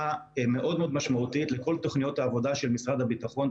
מאוד-מאוד משמעותית לכל תוכניות העבודה של משרד הביטחון.